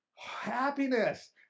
Happiness